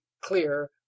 clear